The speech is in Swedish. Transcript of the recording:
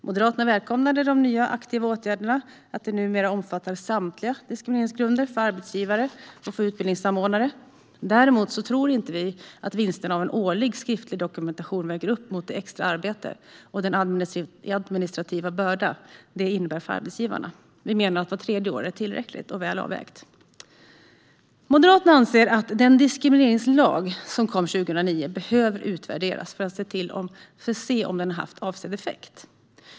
Moderaterna välkomnar de nya aktiva åtgärderna och att de numera omfattar samtliga diskrimineringsgrunder för arbetsgivare och utbildningsanordnare. Däremot tror vi inte att vinsterna av en årlig skriftlig dokumentation väger upp det extra arbete och den administrativa börda detta innebär för arbetsgivarna. Vi menar att vart tredje år är tillräckligt och bättre avvägt. Moderaterna anser att den diskrimineringslag som kom 2009 behöver utvärderas för att se om den har haft avsedd effekt.